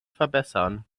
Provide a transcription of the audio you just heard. verbessern